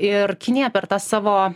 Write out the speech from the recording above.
ir kinija per tą savo